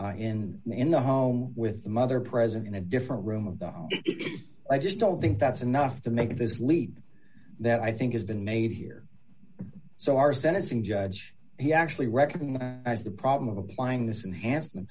may in the home with the mother present in a different room of the home i just don't think that's enough to make this leap that i think has been made here so our sentencing judge he actually recognized the problem of applying this enhanced